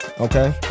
okay